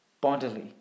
bodily